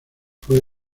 fue